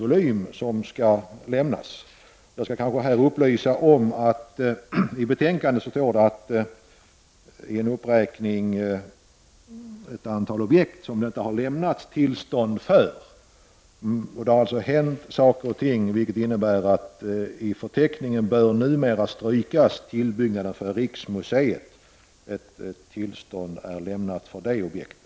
Jag skall kanske här upplysa om att det i betänkandet finns en uppräkning av ett antal objekt för vilka det inte har lämnats tillstånd. Det har nu skett saker och ting, vilket innebär att i förteckningen bör strykas en tillbyggnad av riksmuseet. Ett tillstånd är lämnat för det objektet.